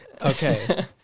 Okay